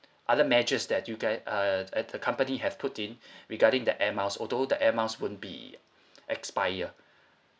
other measures that you guy uh at the company have put in regarding the air miles although the air miles won't be expire